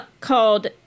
called